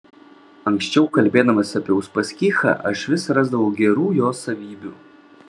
anksčiau kalbėdamas apie uspaskichą aš vis rasdavau gerų jo savybių